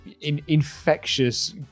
infectious